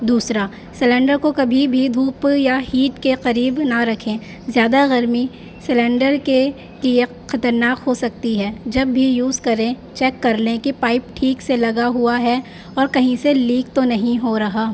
دوسرا سلینڈر کو کبھی بھی دھوپ یا ہیٹ کے قریب نہ رکھیں زیادہ گرمیس لینڈر کے کی ایک خطرناک ہو سکتی ہے جب بھی یوز کریں چیک کر لیں کہ پائپ ٹھیک سے لگا ہوا ہے اور کہیں سے لیک تو نہیں ہو رہا